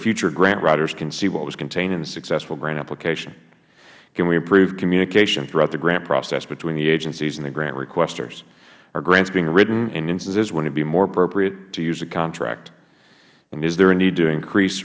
future grant writers can see what was contained in a successful grant application can we improve communication throughout the grant process between the agencies and the grant requesters are grants being written in instances when it would be more appropriate to use a contract is there a need to increase